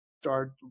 start